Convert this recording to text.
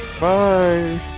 Bye